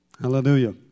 Hallelujah